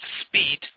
speed